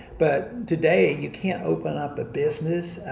but today you can't open up a business,